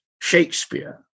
Shakespeare